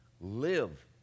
live